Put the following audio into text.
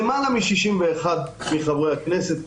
למעלה מ-61 מחברי הכנסת,